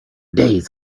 days